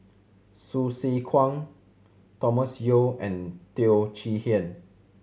Hsu Tse Kwang Thomas Yeo and Teo Chee Hean